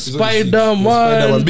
Spider-Man